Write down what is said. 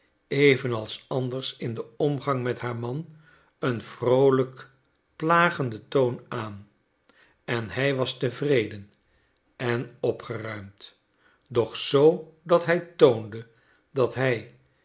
anders in den omgang met haar man een vroolijk plagenden toon aan en hij was tevreden en opgeruimd doch z dat hij toonde dat hij